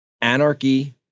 anarchy